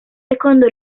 secondo